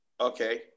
okay